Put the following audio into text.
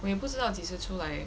我也不知道几时出来 eh